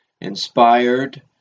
inspired